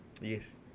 yes